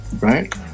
right